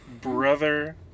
Brother